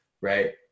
right